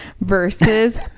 versus